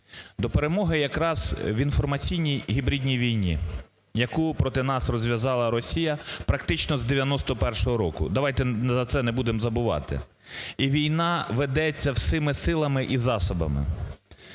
до перемоги якраз в інформаційній гібридній війні, яку проти нас розв'язала Росія практично з 1991 року, давайте це не будемо забувати і війна ведеться всіма силами, і засобами.